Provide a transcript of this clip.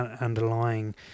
underlying